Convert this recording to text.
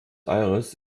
aires